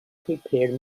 prepared